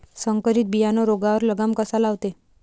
संकरीत बियानं रोगावर लगाम कसा लावते?